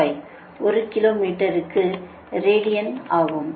00105 ஒரு kilometre ரேடியனுக்கு சமம்